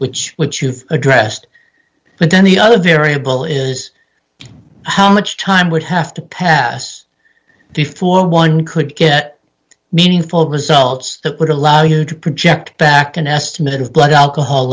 which which you've addressed but then the other variable is how much time would have to pass before one could get meaningful results that would allow you to project back an estimate of blood alcohol